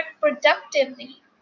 productively